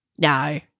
No